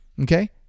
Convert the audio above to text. Okay